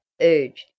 urged